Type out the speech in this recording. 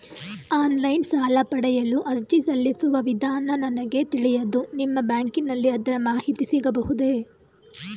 Online ಸಾಲ ಪಡೆಯಲು ಅರ್ಜಿ ಸಲ್ಲಿಸುವ ವಿಧಾನ ನನಗೆ ತಿಳಿಯದು ನಿಮ್ಮ ಬ್ಯಾಂಕಿನಲ್ಲಿ ಅದರ ಮಾಹಿತಿ ಸಿಗಬಹುದೇ?